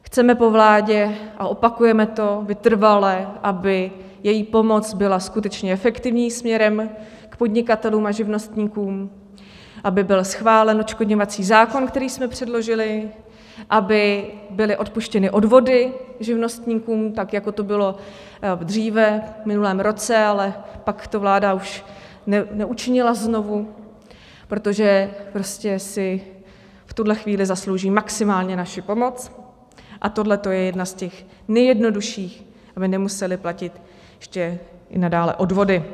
Chceme po vládě a opakujeme to vytrvale aby její pomoc byla skutečně efektivní směrem k podnikatelům a živnostníkům, aby byl schválen odškodňovací zákon, který jsme předložili, aby byly odpuštěny odvody živnostníkům, tak jako to bylo dříve v minulém roce, ale pak to vláda už neučinila znovu, protože prostě si v tuhle chvíli zaslouží maximálně naši pomoc, a tohleto je jedna z těch nejjednodušších, aby nemuseli platit ještě i nadále odvody.